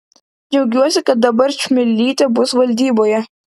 džiaugiuosi kad dabar čmilytė bus valdyboje